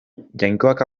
jainkoak